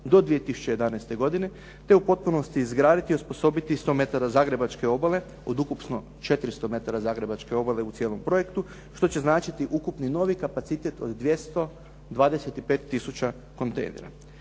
do 2011. godine te u potpunosti izgraditi i osposobiti 100 metara zagrebačke obale od ukupno 400 metara zagrebačke obale u cijelom projektu što će značiti ukupni novi kapacitet od 225 tisuća kontejnera